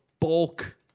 bulk